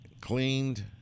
cleaned